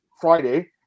Friday